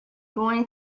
going